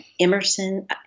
Emerson